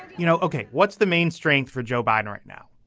you know ok what's the main strength for joe biden right now.